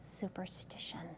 superstition